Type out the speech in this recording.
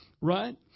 Right